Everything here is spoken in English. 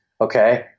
okay